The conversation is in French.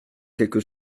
quelque